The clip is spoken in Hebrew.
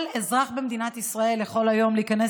כל אזרח במדינת ישראל יכול היום להיכנס